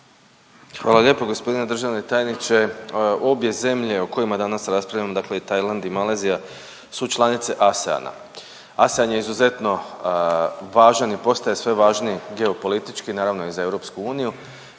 Hvala lijepo. Gospodine državni tajniče, obje zemlje o kojima danas raspravljamo dakle Tajland i Malezija su članice ASEAN-a, ASEAN je izuzetno važan i postaje sve važniji geopolitički naravno i za EU, pa bih